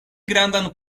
grandan